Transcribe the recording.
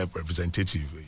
representative